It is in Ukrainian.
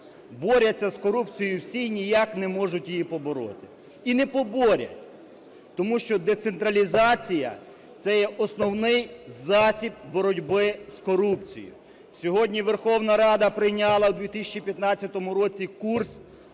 Борються з корупцією всі - і ніяк не можуть побороти, і не поборють, тому що децентралізація – це є основний засіб боротьби з корупцією. Сьогодні Верховна Рада прийняла, у 2015 році, курс